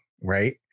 right